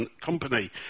company